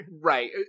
Right